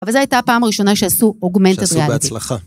אבל זו הייתה הפעם הראשונה שעשו אוגמנטריאלית. שעשו בהצלחה.